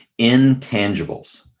intangibles